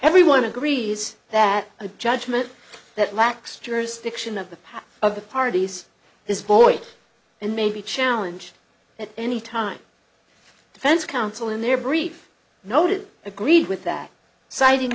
everyone agrees that a judgment that lacks jurisdiction of the power of the parties is boy and maybe challenge at any time the defense counsel in their brief noted agreed with that citing